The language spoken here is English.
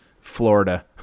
Florida